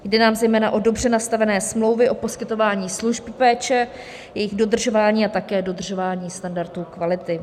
Jde nám zejména o dobře nastavené smlouvy o poskytování služby péče, jejich dodržování a také dodržování standardů kvality.